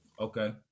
Okay